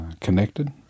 connected